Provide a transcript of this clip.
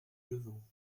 levant